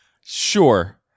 Sure